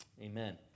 amen